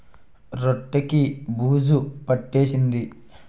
రొట్టె కి బూజు పట్టేసింది